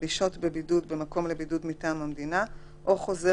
לשהות בבידוד במקום לבידוד מטעם המדינה או חוזר